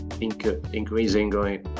increasingly